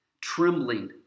trembling